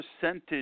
percentage